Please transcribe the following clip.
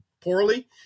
poorly